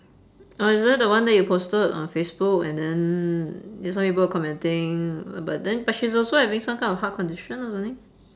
oh is that the one that you posted on facebook and then mm some people were commenting mm but then but she's also having some kind of heart condition or something